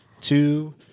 two